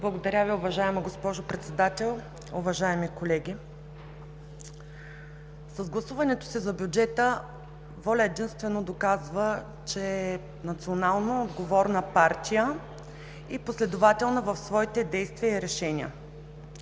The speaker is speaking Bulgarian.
Благодаря Ви, уважаема госпожо Председател. Уважаеми колеги! С гласуването си за бюджета „Воля“ единствено доказва, че е национално отговорна партия и последователна в своите действия и решения.